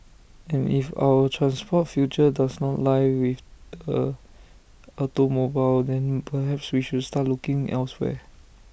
and if our transport future does not lie with the automobile then perhaps we should start looking elsewhere